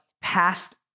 passed